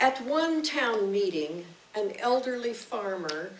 at one town meeting an elderly farmer